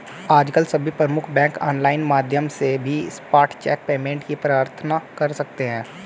आजकल सभी प्रमुख बैंक ऑनलाइन माध्यम से भी स्पॉट चेक पेमेंट की प्रार्थना कर सकते है